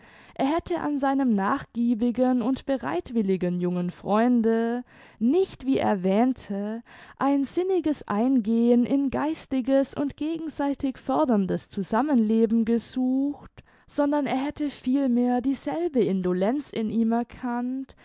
er hätte an seinem nachgiebigen und bereitwilligen jungen freunde nicht wie er wähnte ein sinniges eingehen in geistiges und gegenseitig förderndes zusammenleben gesucht sondern er hätte vielmehr dieselbe indolenz in ihm erkannt